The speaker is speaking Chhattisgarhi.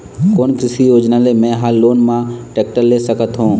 कोन कृषि योजना ले मैं हा लोन मा टेक्टर ले सकथों?